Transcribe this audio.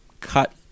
cut